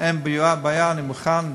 אין בעיה, אני מוכן.